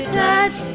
touch